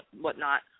whatnot